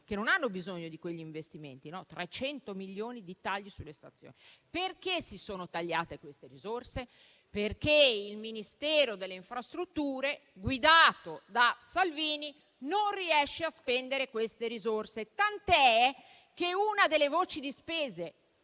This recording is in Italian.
che non hanno bisogno di quegli investimenti. Sono stati fatti 300 milioni di tagli sulle stazioni. Perché si sono tagliate queste risorse? Perché il Ministero delle infrastrutture, guidato da Salvini, non riesce a spendere queste risorse. Secondo l'audizione